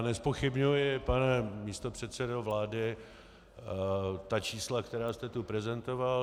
Nezpochybňuji, pane místopředsedo vlády, čísla, která jste tu prezentoval.